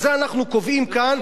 את זה אנחנו קובעים כאן.